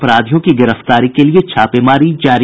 अपराधियों की गिरफ्तारी के लिए छापेमारी जारी